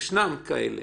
ישנם כאלה